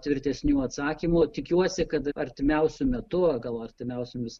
tvirtesnių atsakymų tikiuosi kad artimiausiu metu gal artimiausiomis